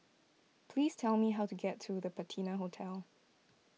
please tell me how to get to the Patina Hotel